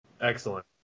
Excellent